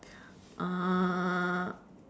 uh